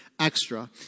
Extra